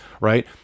right